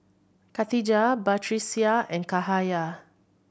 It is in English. Khatijah Batrisya and Cahaya